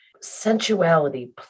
sensuality